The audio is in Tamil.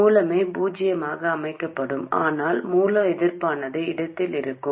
மூலமே பூஜ்ஜியமாக அமைக்கப்படும் ஆனால் மூல எதிர்ப்பானது இடத்தில் இருக்கும்